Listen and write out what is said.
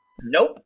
Nope